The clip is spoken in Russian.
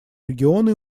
региона